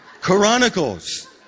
Chronicles